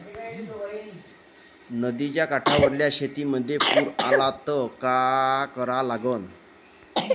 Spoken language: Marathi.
नदीच्या काठावरील शेतीमंदी पूर आला त का करा लागन?